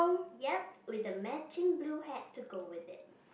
yup with a matching blue hat to go with it